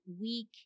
week